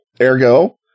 Ergo